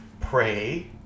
pray